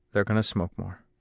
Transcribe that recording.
they're going to smoke more.